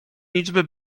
liczby